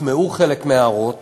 הוטמעו חלק מההערות